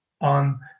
on